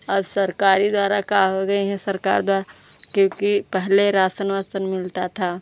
अब सरकार द्वारा क्या हो गया है सरकार द्वारा क्योंकि पहले राशन वाशन मिलता था